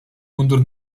mundur